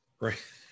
Right